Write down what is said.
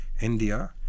India